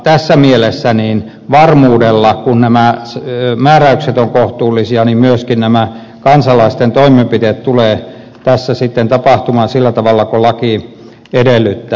tässä mielessä varmuudella kun nämä määräykset ovat kohtuullisia myöskin nämä kansalaisten toimenpiteet tulevat tässä sitten tapahtumaan sillä tavalla kuin laki edellyttää